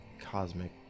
cosmic